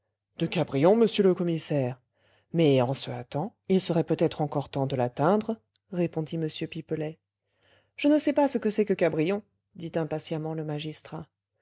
de cabrion monsieur le commissaire mais en se hâtant il serait peut-être encore temps de l'atteindre répondit m pipelet je ne sais pas ce que c'est que cabrion dit impatiemment le magistrat